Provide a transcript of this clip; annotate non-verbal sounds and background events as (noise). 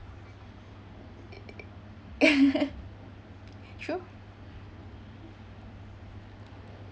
(laughs) true